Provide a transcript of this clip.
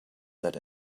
that